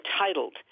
entitled